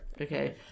Okay